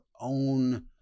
own